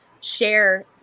share